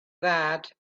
that